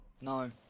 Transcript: No